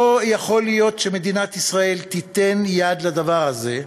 לא יכול להיות שמדינת ישראל תיתן יד לדבר הזה.